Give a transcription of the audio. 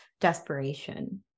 desperation